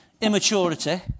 immaturity